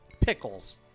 Pickles